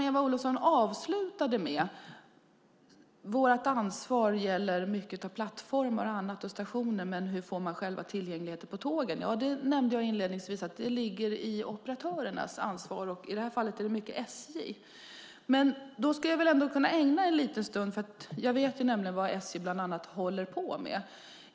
Eva Olofsson pratade om att vårt ansvar gäller plattformar, stationer och annat och avslutade med att fråga hur vi får tillgänglighet på själva tågen. Jag nämnde inledningsvis att det är operatörernas ansvar. I det här fallet är det ofta SJ, och jag vet vad SJ bland annat håller på med.